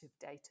data